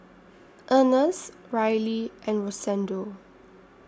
Ernest Rylie and Rosendo